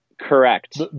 Correct